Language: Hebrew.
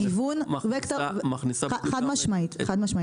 חד משמעית.